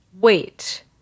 wait